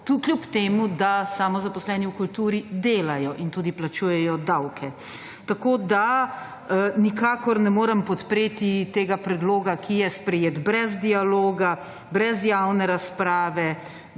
to kljub temu, da samozaposleni v kulturi delajo in tudi plačujejo davke. Tako da, nikakor ne morem podpreti tega predloga, ki je sprejet brez dialoga, brez javne razprave,